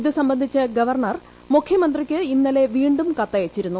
ഇതു സംബന്ധിച്ച് ഗവർണർ മുഖ്യമന്ത്രിക്ക് ഇന്നലെ വീണ്ടും കത്തയച്ചിരുന്നു